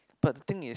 but the thing is